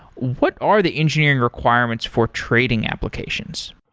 what are the engineering requirements for trading applications?